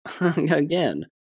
Again